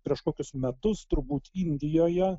prieš kokius metus turbūt indijoje